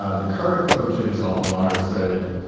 ah the current coach at his alma mater said,